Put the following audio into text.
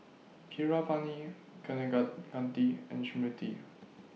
Keeravani Kaneganti and Smriti